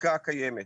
בחקיקה הקיימת,